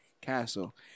Castle